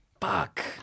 Fuck